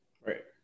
Right